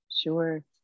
Sure